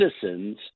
citizens